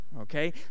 Okay